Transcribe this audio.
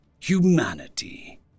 humanity